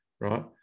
right